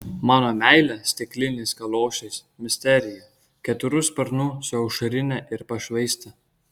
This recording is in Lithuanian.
mano meilė stikliniais kaliošais misterija keturių sparnų su aušrine ir pašvaiste